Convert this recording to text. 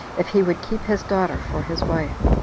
if he would keep his daughter for his wife.